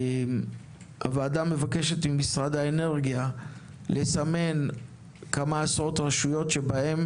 הוועדה מבקשת ממשרד האנרגיה לסמן כמה עשרות רשויות שבהן